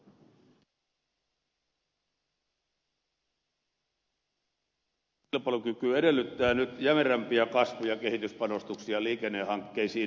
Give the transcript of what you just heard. kansallinen ja kansainvälinen kilpailukyky edellyttää nyt jämerämpiä kasvu ja kehityspanostuksia liikennehankkeisiin